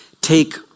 take